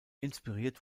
inspiriert